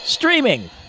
Streaming